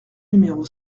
numéro